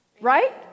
Right